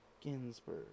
Ginsburg